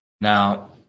now